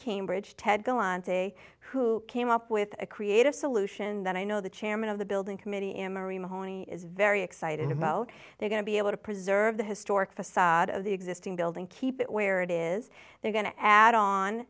cambridge ted go on to say who came up with a creative solution that i know the chairman of the building committee emory mahoney is very excited about they're going to be able to preserve the historic facade of the existing building keep it where it is they're going to add on